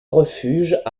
refuge